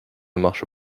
marche